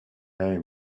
hey